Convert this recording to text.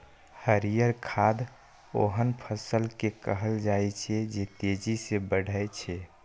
हरियर खाद ओहन फसल कें कहल जाइ छै, जे तेजी सं बढ़ै छै